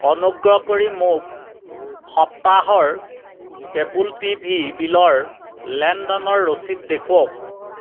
অনুগ্ৰহ কৰি মোক সপ্তাহৰ কেবোল টি ভি বিলৰ লেনদেনৰ ৰচিদ দেখুৱাওক